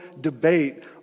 debate